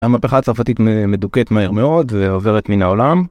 המהפכה הצרפתית מדוכאת מהר מאוד ועוברת מן העולם.